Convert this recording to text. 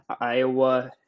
Iowa